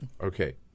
Okay